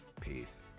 peace